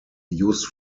used